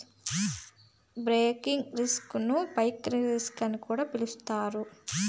basic risk ను price risk అని కూడా పిలుత్తారు